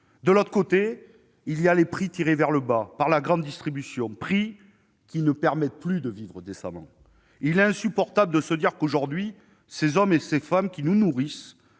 De l'autre, il y a les prix tirés vers le bas par la grande distribution, prix qui ne permettent plus de vivre décemment. Il est insupportable de se dire que, aujourd'hui, ces hommes et femmes qui nous nourrissent